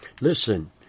Listen